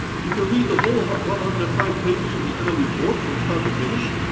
you can read the whole one hundred and five pages of the annual report from start to finish,